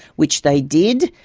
which they did.